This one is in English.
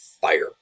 fire